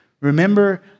remember